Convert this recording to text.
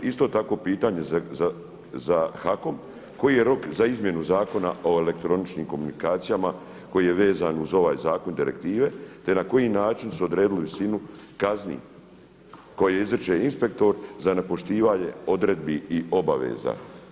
Isto tako pitanje za HAKOM, koji je rok za izmjenu zakona o elektroničkim komunikacijama koji je vezan uz ovaj zakon i direktive te na koji način su odredili visinu kazni koju izriče inspektor za nepoštivanje odredbi i obaveza.